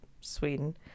Sweden